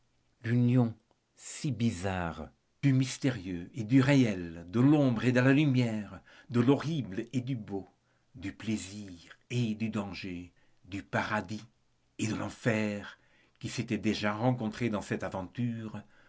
l'union si bizarre du mystérieux et du réel de l'ombre et de la lumière de l'horrible et du beau du plaisir et du danger du paradis et de l'enfer qui s'était déjà rencontrée dans cette aventure